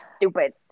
stupid